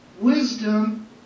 wisdom